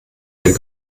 den